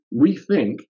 rethink